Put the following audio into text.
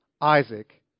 Isaac